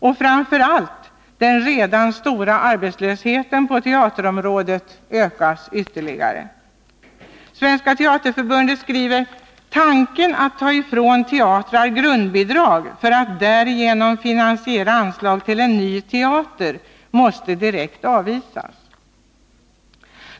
Och framför allt: den redan stora arbetslösheten på teaterområdet ökas ytterligare. Svenska teaterförbundet skriver att ”tanken att ta ifrån teatrar grundbidrag för att därigenom finansiera anslag till en ny teater måste direkt tillbakavisas”.